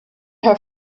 her